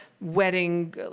wedding